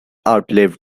outlive